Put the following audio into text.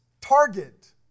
Target